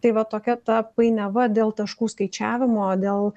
tai va tokia ta painiava dėl taškų skaičiavimo dėl